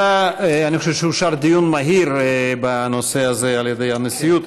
אני חושב שאושר דיון מהיר בנושא הזה על ידי הנשיאות,